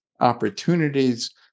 opportunities